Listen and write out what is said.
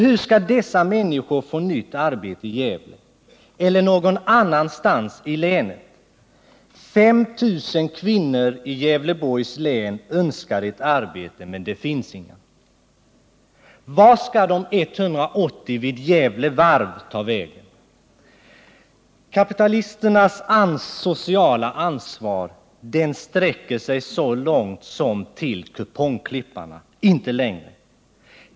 Hur skall dessa människor få nytt arbete i Gävle eller någon annanstans i länet? 5 000 kvinnor i Gävleborgs län önskar få ett arbete, men det finns inget. Vart skall de 180 vid Gävle Varv ta vägen? Kapitalisternas sociala ansvar sträcker sig så långt som till kupongklipparna men inte längre.